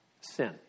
sin